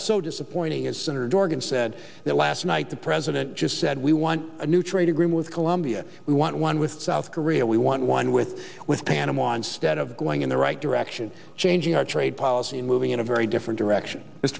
was so disappointing as senator dorgan said that last night the president just said we want a new trade agreements colombia we want one with south korea we want one with with panama instead of going in the right direction changing our trade policy moving in a very different direction